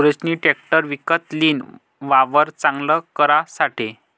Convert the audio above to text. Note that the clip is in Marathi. सुरेशनी ट्रेकटर विकत लीन, वावर चांगल करासाठे